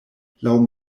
laŭ